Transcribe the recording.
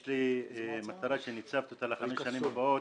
יש לי מטרה שהצבתי אותה לחמש השנים הבאות,